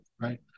right